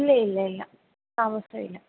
ഇല്ല ഇല്ല ഇല്ല താമസം ഇല്ല